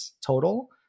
total